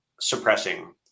suppressing